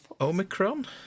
Omicron